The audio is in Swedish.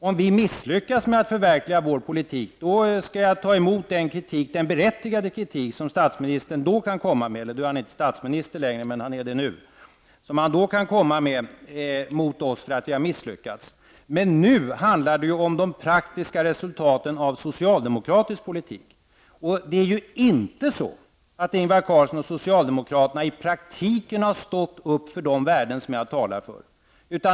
Om vi misslyckas med att förverkliga vår politik skall jag ta emot den berättigade kritik som Ingvar Carlsson då kan komma med. Nu handlar det emellertid om de praktiska resultaten av socialdemokratisk politik. Ingvar Carlsson och socialdemokraterna har inte i praktiken stått upp för de värden som jag talar för.